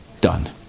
Done